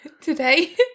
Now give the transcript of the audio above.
today